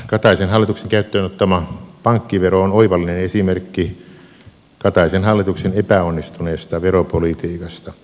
kataisen hallituksen käyttöön ottama pankkivero on oivallinen esimerkki kataisen hallituksen epäonnistuneesta veropolitiikasta